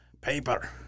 Paper